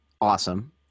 awesome